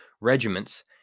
regiments